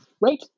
Right